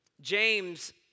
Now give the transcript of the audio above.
James